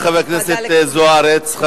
חברת הכנסת זוארץ.